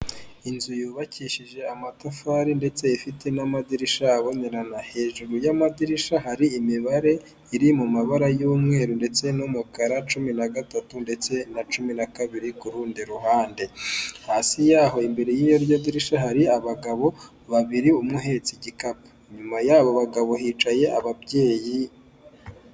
Inzu yubakishije amatafari ndetse ifite n'amadirishya abonerana ,hejuru y'amadirisha hari imibare iri mu mabara y'umweru ndetse n'umukara cumi na gatatu ndetse na cumi naka kabiri kurundi ruhande ,hasi yaho imbere y'iryo dirishya hari abagabo babiri umwe ahetse igikapu, inyuma y'abo bagabo hicaye ababyeyi.